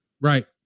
Right